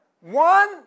one